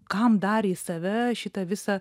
kam dar į save šitą visą